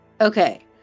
Okay